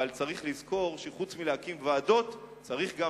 אבל צריך לזכור שחוץ מלהקים ועדות צריך גם